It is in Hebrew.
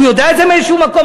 הוא יודע את זה מאיזשהו מקום?